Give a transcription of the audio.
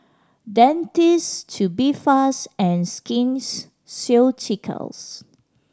Dentiste Tubifast and Skins Ceuticals